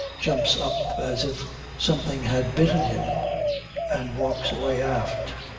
jumps up as if something had bitten him and walks away aft.